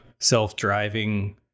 Self-driving